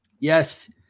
yes